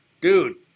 dude